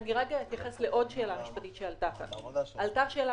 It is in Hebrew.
אני רק אתייחס לעוד שאלה משפטית שעלתה כאן: עלתה שאלה